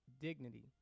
dignity